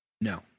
No